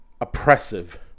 oppressive